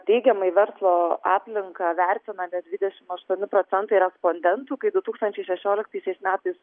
teigiamai verslo aplinką vertina net dvidešim aštuoni procentai respondentų kai du tūkstančiai šešioliktaisiais metais